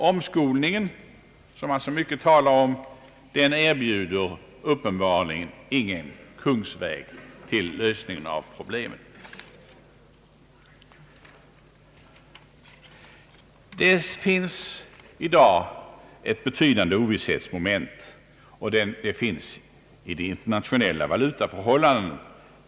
Omskolningen, som man så mycket talar om, erbjuder uppenbarligen ingen kungsväg till lösning av problemet. Det finns i dag ett betydande ovisshetsmoment uti de internationella valutaförhållandena.